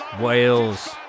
Wales